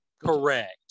Correct